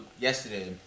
yesterday